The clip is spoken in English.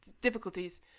difficulties